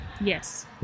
Yes